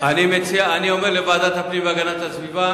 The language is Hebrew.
אני אומר לוועדת הפנים והגנת הסביבה.